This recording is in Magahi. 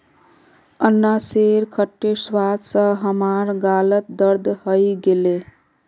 अनन्नासेर खट्टे स्वाद स हमार गालत दर्द हइ गेले